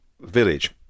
village